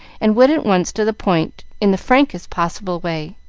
and went at once to the point in the frankest possible way